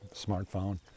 smartphone